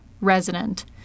resident